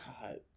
God